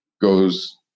goes